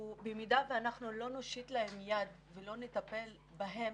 במידה ולא נושיט להם יד ולא נטפל בהם,